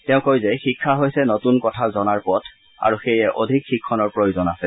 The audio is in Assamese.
তেওঁ কয় যে শিক্ষা হৈছে নতুন কথা জনাৰ পথ আৰু সেয়ে অধিক শিক্ষণৰ প্ৰয়োজন আছে